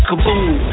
Kaboom